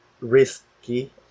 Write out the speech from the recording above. risky